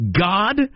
god